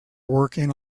working